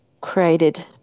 created